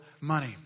money